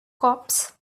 cops